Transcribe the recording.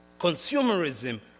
Consumerism